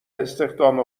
استخدام